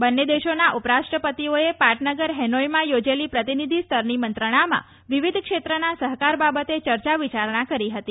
બંને દેશોના ઉપરાષ્ટ્રપતિઓએ પાટનગર ફેનોઈમાં યોજેલી પ્રતિનિધિ સ્તરની મંત્રણામાં વિવિધ ક્ષેત્રના સફકાર બાબતે ચર્ચા વિચારણા કરી ફતી